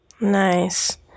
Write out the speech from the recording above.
Nice